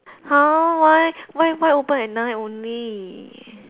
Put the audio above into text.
!huh! why why why open at night only